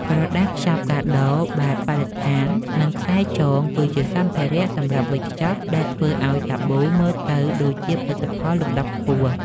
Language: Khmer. ក្រដាសខ្ចប់កាដូបែបបរិស្ថាន និងខ្សែចង គឺជាសម្ភារៈសម្រាប់វេចខ្ចប់ដែលធ្វើឱ្យសាប៊ូមើលទៅដូចជាផលិតផលលំដាប់ខ្ពស់។